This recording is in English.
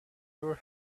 were